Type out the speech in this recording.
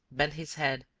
bent his head,